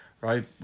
right